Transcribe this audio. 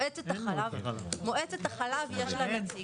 לתשומת הלב, יש להעביר